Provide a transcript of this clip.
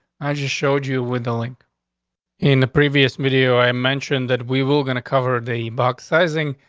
i just showed you with the link in the previous video. i mentioned that we were going to cover the box sizing